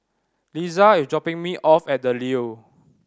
Liza is dropping me off at The Leo